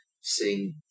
sing